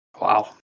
Wow